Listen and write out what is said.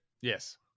Yes